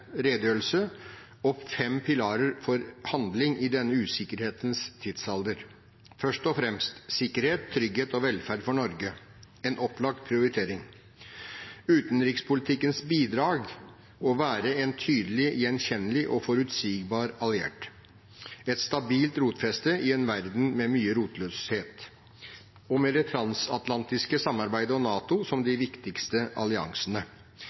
redegjørelse opp fem pilarer for handling i denne usikkerhetens tidsalder – først og fremst «sikkerhet, trygghet og velferd» for Norge, en opplagt prioritering. Utenrikspolitikkens bidrag er å være «en tydelig, gjenkjennelig og forutsigbar» alliert, et stabilt rotfeste i en verden med mye rotløshet og med det transatlantiske samarbeidet og NATO som de viktigste alliansene.